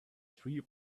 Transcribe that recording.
tree